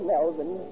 Melvin